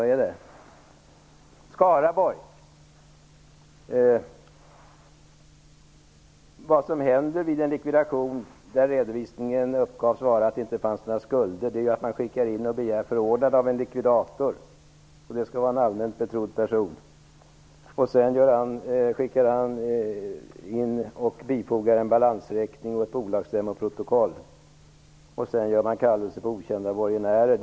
Vad som händer vid en likvidation när det i redovisningen uppges att det inte finns några skulder är att man skickar in en begäran om förordnande av en likvidator, som skall vara en allmänt betrodd person. Vidare skall man bifoga en balansräkning och ett bolagsstämmoprotokoll. Sedan utfärdas en kallelse efter okända borgenärer.